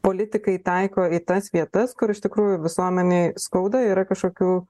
politikai taiko į tas vietas kur iš tikrųjų visuomenei skauda yra kažkokių